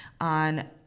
on